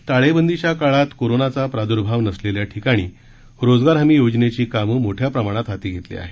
राज्यात टाळेबंदीच्या काळात कोरोनाचा प्रार्द्भाव नसलेल्या ठिकाणी रोजगार हमी योजनेची कामं मोठ्या प्रमाणात हाती घेतली आहेत